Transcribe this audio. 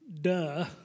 Duh